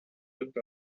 looked